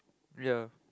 yea